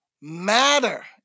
matter